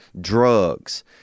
drugs